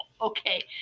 Okay